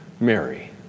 Mary